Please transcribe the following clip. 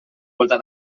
volta